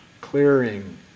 clearing